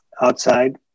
outside